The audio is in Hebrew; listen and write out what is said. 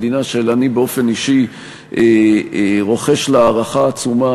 מדינה שאני באופן אישי רוחש לה הערכה עצומה,